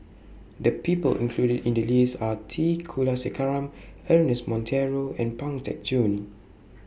The People included in The list Are T Kulasekaram Ernest Monteiro and Pang Teck Joon